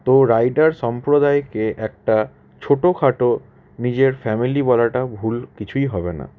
তো রাইডার সম্প্রদায়কে একটা ছোটখাটো নিজের ফ্যামিলি বলাটা ভুল কিছুই হবে না